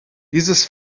dieses